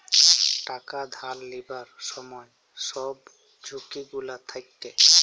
টাকা ধার লিবার ছময় ছব ঝুঁকি গুলা থ্যাকে